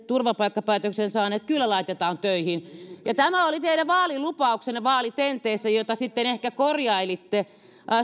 turvapaikkapäätöksen saaneet kyllä laitetaan töihin ja tämä oli teidän vaalilupauksenne vaalitenteissä jota sitten ehkä korjailitte